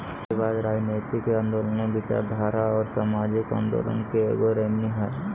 नारीवाद, राजनयतिक आन्दोलनों, विचारधारा औरो सामाजिक आंदोलन के एगो श्रेणी हइ